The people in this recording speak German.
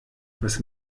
was